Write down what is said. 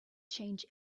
change